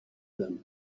them